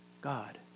God